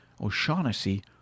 O'Shaughnessy